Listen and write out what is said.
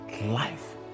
life